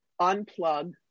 unplug